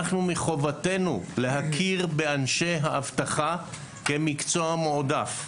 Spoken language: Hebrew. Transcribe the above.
מחובתנו להכיר באנשי האבטחה כמקצוע מועדף.